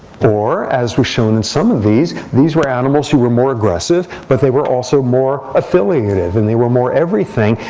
or, as was shown in some of these, these were animals who were more aggressive. but they were also more affiliative. and they were more everything.